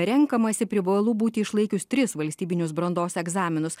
renkamasi privalu būti išlaikius tris valstybinius brandos egzaminus